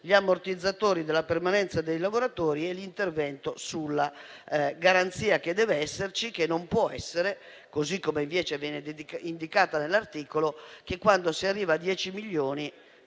gli ammortizzatori della permanenza dei lavoratori e l'intervento sulla garanzia che deve esserci. Non può essere, così come invece viene indicato nell'articolo, che quando si arriva a 10 milioni